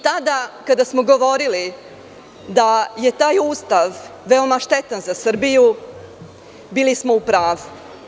Tada kada smo govorili da je taj Ustav veoma štetan za Srbiju, bili smo u pravu.